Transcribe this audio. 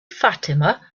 fatima